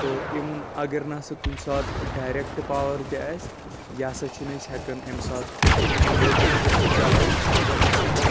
تہٕ اِوٕن اگر نہٕ ہسا کُنہِ ساتہٕ ڈایریکٹ پاور تہِ آسہِ یہِ ہسا چھِن أسۍ ہٮ۪کان اَمہِ ساتہٕ اِنوأٹرس پٮ۪ٹھ تہِ چلأوِتھ اگر ہسا تَتھ